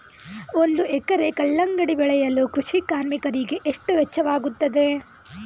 ಒಂದು ಎಕರೆ ಕಲ್ಲಂಗಡಿ ಬೆಳೆಯಲು ಕೃಷಿ ಕಾರ್ಮಿಕರಿಗೆ ಎಷ್ಟು ವೆಚ್ಚವಾಗುತ್ತದೆ?